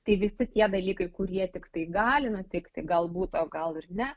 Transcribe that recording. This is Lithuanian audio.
tai visi tie dalykai kurie tiktai gali nutikti galbūt o gal ir ne